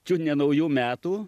čiut ne naujų metų